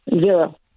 Zero